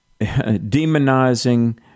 demonizing